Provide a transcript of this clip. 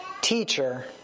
Teacher